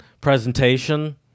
presentation